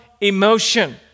emotion